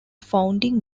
founding